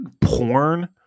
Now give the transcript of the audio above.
porn